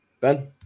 Ben